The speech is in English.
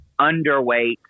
underweight